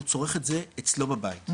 הוא צורך את זה אצלו בבית,